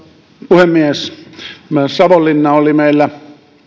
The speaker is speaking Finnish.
puhemies myös savonlinna oli meillä